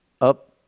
up